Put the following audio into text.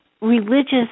religious